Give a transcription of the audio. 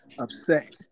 upset